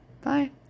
Bye